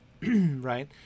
Right